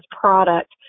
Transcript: product